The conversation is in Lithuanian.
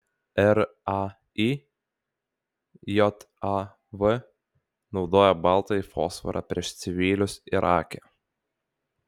rai jav naudojo baltąjį fosforą prieš civilius irake